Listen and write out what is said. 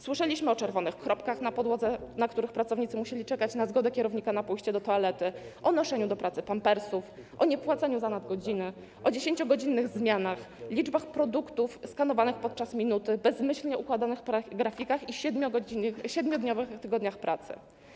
Słyszeliśmy o czerwonych kropkach na podłodze, na których pracownicy musieli czekać na zgodę kierownika na pójście do toalety, o noszeniu do pracy pampersów, niepłaceniu za nadgodziny, 10-godzinnych zmianach, liczbach produktów skanowanych podczas minuty, bezmyślnie układanych grafikach i 7-dniowych tygodniach pracy.